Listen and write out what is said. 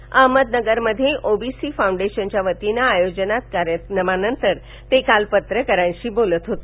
वहमदनगर मध्ये O B C फौंडेशनच्या वतीनं आयोजित कार्यक्रमानंतर ते काल पत्रकारांशी बोलत होते